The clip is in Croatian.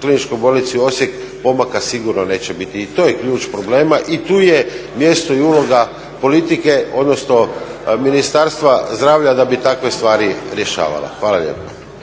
Kliničkoj bolnici Osijek pomaka sigurno neće biti. I to je ključ problema i tu je mjesto i uloga politike odnosno Ministarstva zdravlja da bi takve stvari rješavalo. Hvala lijepa.